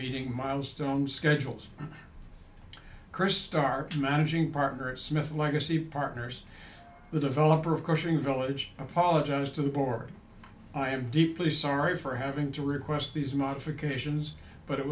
being milestone schedules curst stark managing partner smith legacy partners the developer of question village apologized to the board i am deeply sorry for having to request these modifications but it